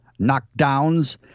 knockdowns